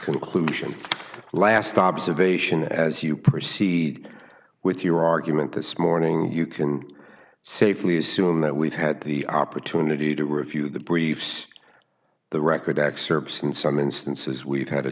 conclusion last observation as you proceed with your argument this morning you can safely assume that we've had the opportunity to review the briefs the record excerpts in some instances we've had a